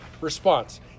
response